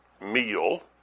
meal